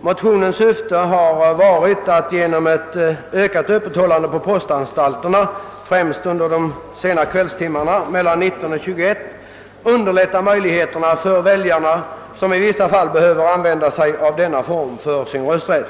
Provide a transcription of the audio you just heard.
Motionens syfte har varit att man genom ett ökat öppethållande på postanstalterna, främst under de sena kvällstimmarna mellan kl. 19 och 21, skulle underlätta valdeltagandet för de väljare som behöver använda denna form för sin röstning.